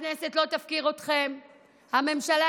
הכנסת לא תפקיר אתכםף הממשלה,